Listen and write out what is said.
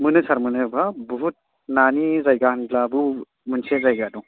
मोनो सार मोनो बाब बुहुट नानि जायगा होनब्ला बेयाव मोनसे जायगा दं